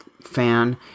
fan